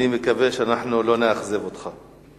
אני מקווה שאנחנו לא נאכזב אותך.